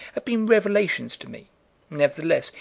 have been revelations to me nevertheless,